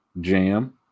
Jam